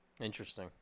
Interesting